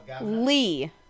Lee